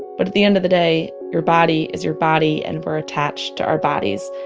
but at the end of the day your body is your body, and we're attached to our bodies.